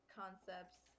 concepts